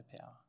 power